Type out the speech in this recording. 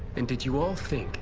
and did you all think